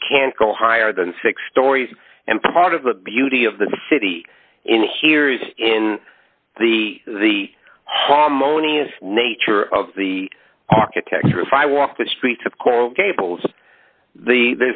it can't go higher than six stories and part of the beauty of the city in here is in the the harmonious nature of the architecture if i walk the streets of coral gables the